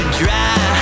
dry